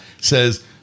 says